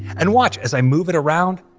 and watch, as i move it around,